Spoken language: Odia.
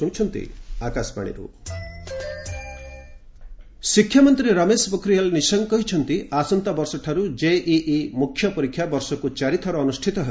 ଜେଇଇ ମେନ୍ ଶିକ୍ଷାମନ୍ତ୍ରୀ ରମେଶ ପୋଖରିଆଲ ନିଶଙ୍କ କହିଛନ୍ତି ଆସନ୍ତାବର୍ଷଠାରୁ ଜେଇଇ ମୁଖ୍ୟ ପରୀକ୍ଷା ବର୍ଷକୁ ଚାରିଥର ଅନୁଷ୍ଠିତ ହେବ